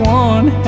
one